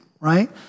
right